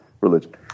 Religion